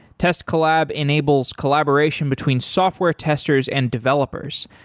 test collab enables collaboration between software testers and developers.